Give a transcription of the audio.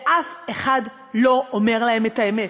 ואף אחד לא אומר להם את האמת,